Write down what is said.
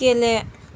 गेले